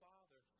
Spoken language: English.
Father